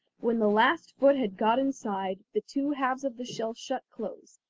when the last foot had got inside, the two halves of the shell shut close.